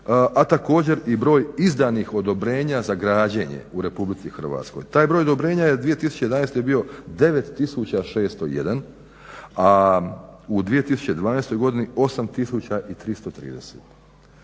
a također i broj izdanih odobrenja za građenje u republici Hrvatskoj. Taj broj odobrenja je 2011. bio 9601, a u 2012. godini 8330.